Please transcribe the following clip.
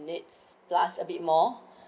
minute plus a bit more